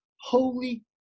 Holy